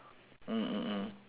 mm mm mm